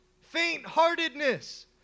faint-heartedness